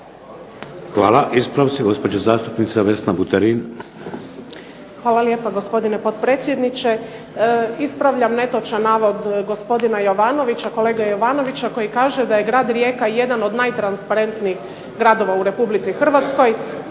Hvala. Ispravci. Gospođa zastupnica Vesna Buterin. **Buterin, Vesna (HDZ)** Hvala lijepa gospodine potpredsjedniče. Ispravljam netočan navod gospodina Jovanovića, kolege Jovanovića koji kaže da je grad Rijeka jedan od najtransparentnijih gradova u Republici Hrvatskoj.